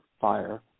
fire